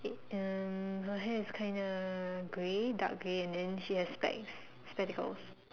in her hair is kinda grey dark grey and then she has specs spectacle